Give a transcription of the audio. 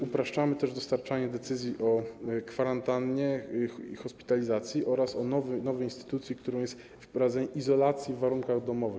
Upraszczamy też dostarczanie decyzji o kwarantannie i hospitalizacji oraz o nowej instytucji, którą jest wprowadzenie izolacji w warunkach domowych.